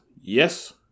Yes